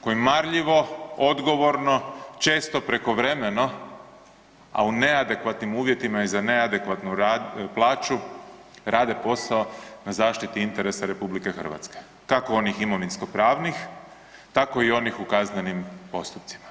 koji marljivo, odgovorno često prekovremeno, a u neadekvatnim uvjetima i za neadekvatnu plaću rade posao na zaštiti interesa RH kako onih imovinsko-pravnih tako i onih u kaznenim postupcima.